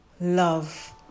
love